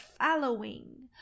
following